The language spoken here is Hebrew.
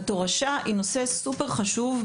התורשה היא נושא סופר חשוב,